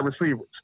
receivers